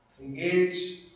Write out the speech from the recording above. engage